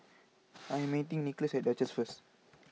I am meeting Nickolas at Duchess first